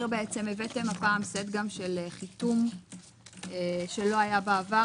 הבאתם הפעם סט גם של חיתום שלא היה בעבר.